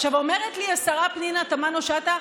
עכשיו, אומרת לי השרה פנינה תמנו שטה: